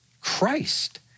Christ